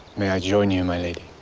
may i join you, my lady?